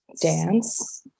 dance